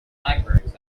libraries